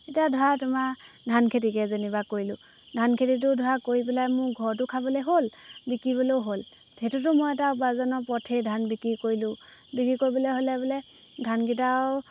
এতিয়া ধৰা তোমাৰ ধান খেতিকে যেনিবা কৰিলোঁ ধান খেতিটো ধৰা কৰি পেলাই মোৰ ঘৰতো খাবলৈ হ'ল বিকিবলৈও হ'ল সেইটোতো মই এটা উপাৰ্জনৰ পথেই ধান বিক্ৰী কৰিলোঁ বিক্ৰী কৰিবলৈ হ'লে বোলে ধানকেইটাও